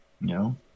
no